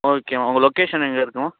ஓகேம்மா உங்கள் லொக்கேஷன் எங்கே இருக்கும்மா